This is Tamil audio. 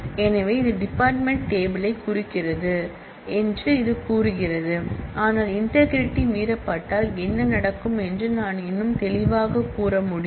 எனவே இது டிபார்ட்மென்ட் டேபிள் யை குறிக்கிறது என்று இது கூறுகிறது ஆனால் இன்டெக்ரிடி மீறப்பட்டால் என்ன நடக்கும் என்று நான் இன்னும் தெளிவாகக் கூற முடியும்